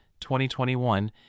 2021